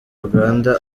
uganda